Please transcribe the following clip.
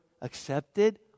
accepted